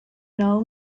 know